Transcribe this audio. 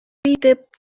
итеп